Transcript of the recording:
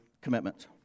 commitments